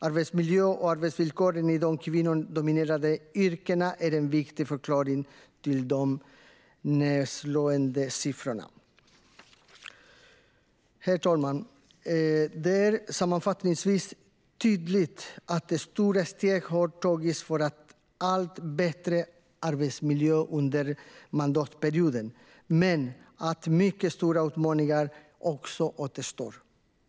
Arbetsmiljön och arbetsvillkoren i de kvinnodominerade yrkena är en viktig förklaring till de nedslående siffrorna. Herr talman! Det är sammanfattningsvis tydligt att stora steg har tagits under mandatperioden för en allt bättre arbetsmiljö, men att många stora utmaningar också återstår.